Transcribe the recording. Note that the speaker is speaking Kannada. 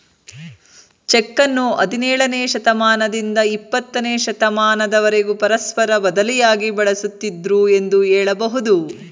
ಚೆಕ್ಕನ್ನು ಹದಿನೇಳನೇ ಶತಮಾನದಿಂದ ಇಪ್ಪತ್ತನೇ ಶತಮಾನದವರೆಗೂ ಪರಸ್ಪರ ಬದಲಿಯಾಗಿ ಬಳಸುತ್ತಿದ್ದುದೃ ಎಂದು ಹೇಳಬಹುದು